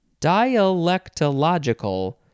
dialectological